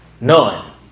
None